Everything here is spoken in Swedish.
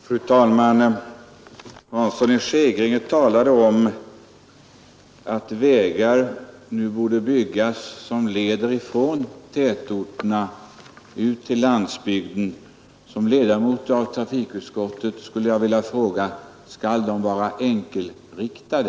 Fru talman! Herr Hansson i Skegrie talade om att vägar nu borde byggas som leder ifrån tätorterna ut till landsbygden. Som ledamot i trafikutskottet skulle jag vilja fråga: Skall de vara enkelriktade?